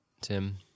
Tim